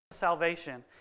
salvation